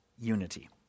unity